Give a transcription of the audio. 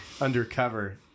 Undercover